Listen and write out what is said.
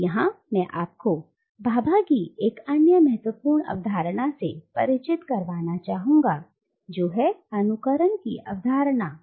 अब यहां मैं आपको भाभा की एक अन्य महत्वपूर्ण अवधारणा से परिचित कराना चाहूंगा जो है अनुकरण की अवधारणा